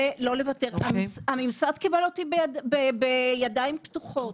לא לוותר והממסד קיבל אותי בידיים פתוחות.